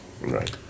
Right